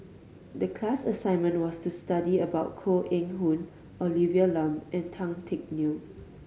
the class assignment was to study about Koh Eng Hoon Olivia Lum and Tan Teck Neo